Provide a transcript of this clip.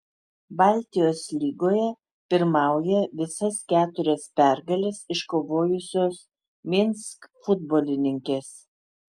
baltijos lygoje pirmauja visas keturias pergales iškovojusios minsk futbolininkės